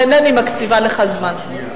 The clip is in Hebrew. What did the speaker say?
אינני מקציבה לך זמן.